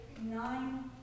nine